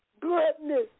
goodness